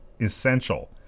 essential